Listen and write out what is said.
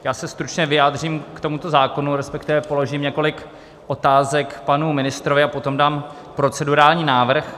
Já se stručně vyjádřím k tomuto zákonu, respektive položím několik otázek panu ministrovi a potom dám procedurální návrh.